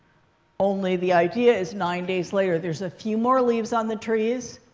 only the idea is, nine days later. there's a few more leaves on the trees.